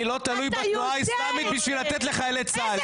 אני לא תלוי בתנועה האיסלמית כדי לתת לחיילי צה"ל.